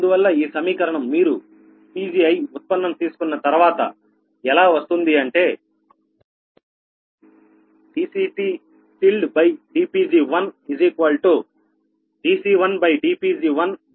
అందువల్ల ఈ సమీకరణం మీరు Pgi ఉత్పన్నం తీసుకున్న తర్వాత ఎలా వస్తుందంటే dCTdPg1dC1dPg1 λ0 ఇదే సమీకరణం 29